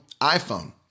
iPhone